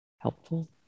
helpful